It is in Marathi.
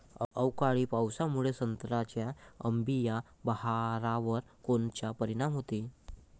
अवकाळी पावसामुळे संत्र्याच्या अंबीया बहारावर कोनचा परिणाम होतो?